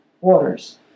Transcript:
waters